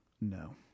no